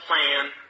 plan